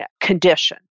condition